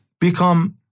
become